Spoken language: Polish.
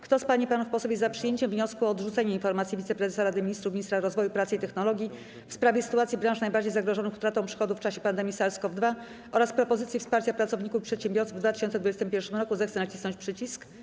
Kto z pań i panów posłów jest za przyjęciem wniosku o odrzucenie Informacji Wiceprezesa Rady Ministrów, Ministra Rozwoju, Pracy i Technologii w sprawie sytuacji branż najbardziej zagrożonych utratą przychodów w czasie pandemii SARS-CoV-2 oraz propozycji wsparcia pracowników i przedsiębiorców w 2021 roku zechce nacisnąć przycisk.